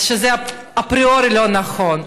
שזה אפריורית לא נכון.